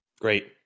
Great